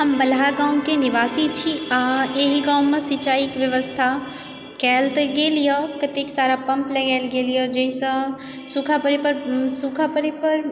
हम बलहा गाँवके निवासी छी एहि गाममे सिचाईके व्यवस्था कयल तऽ गेलए कतेक सारा पम्प लगायल गेलए जाहिसँ सूखा पड़य पर सूखा पड़य पर